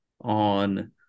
on